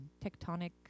tectonic